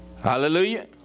Hallelujah